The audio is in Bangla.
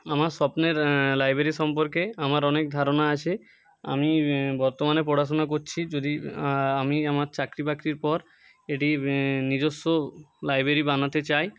আমার স্বপ্নের লাইব্ৰেরি সম্পর্কে আমার অনেক ধারণা আছে আমি বর্তমানে পড়াশুনা করছি যদি আমি আমার চাকরি বাকরির পর এটি নিজস্ব লাইব্ৰেরি বানাতে চাই